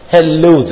Hello